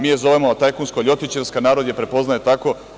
Mi je zovemo tajkunsko-ljotićevska, narod je prepoznaje tako.